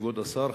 כבוד השר,